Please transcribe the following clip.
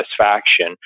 satisfaction